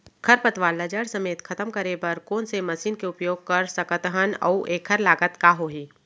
खरपतवार ला जड़ समेत खतम करे बर कोन से मशीन के उपयोग कर सकत हन अऊ एखर लागत का होही?